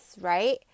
right